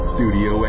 Studio